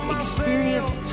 experience